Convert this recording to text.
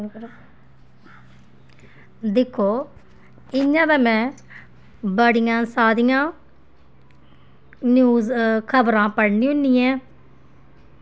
दिक्खो इयां ते में बड़ियां सारियां न्यूज़ खबरां पढ़नी होन्नी ऐं